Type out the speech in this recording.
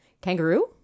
kangaroo